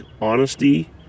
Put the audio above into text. honesty